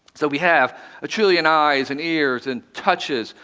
so we have a trillion eyes, and ears, and touches,